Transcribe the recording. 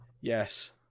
Yes